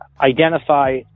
identify